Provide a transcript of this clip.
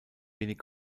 wenig